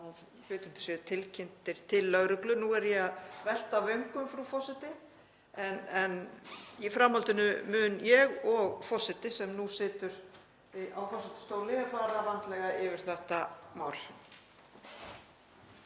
séu tilkynntir til lögreglu. Nú er ég að velta vöngum, frú forseti, en í framhaldinu mun ég og forseti, sem nú situr á forsetastóli, fara vandlega yfir þetta mál.